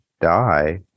die